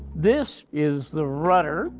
this is the rudder,